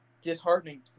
disheartening